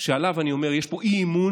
שעליו אני אומר, יש פה אי-אמון